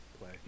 play